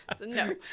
No